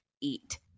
eat